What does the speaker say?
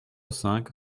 cinq